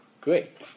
Great